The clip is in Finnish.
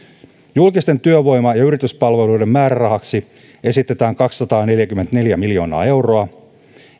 julkisten työvoima ja yrityspalveluiden määrärahaksi esitetään kaksisataaneljäkymmentäneljä miljoonaa euroa